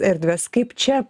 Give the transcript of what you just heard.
erdvės kaip čia